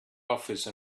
office